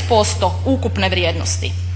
14% ukupne vrijednosti.